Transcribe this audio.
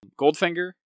Goldfinger